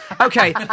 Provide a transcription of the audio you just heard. Okay